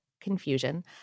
confusion